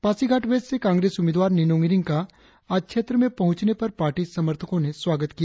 Pasighat west से कांग्रेस उम्मीदवार निनोंग इरिंग का आज क्षेत्र में पहुचने पर पार्टी समर्थको ने स्वागत किया